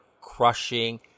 crushing